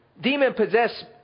demon-possessed